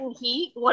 heat